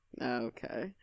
Okay